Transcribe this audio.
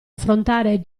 affrontare